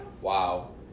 Wow